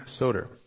Soder